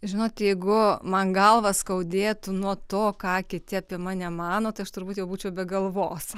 žinot jeigu man galvą skaudėtų nuo to ką kiti apie mane mano tai aš turbūt jau būčiau be galvos